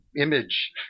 image